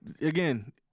again